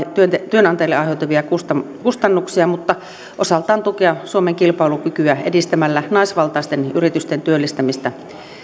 työnantajalle aiheutuvia kustannuksia kustannuksia myös osaltaan tukea suomen kilpailukykyä edistämällä naisvaltaisten yritysten työllistämistä